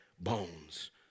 bones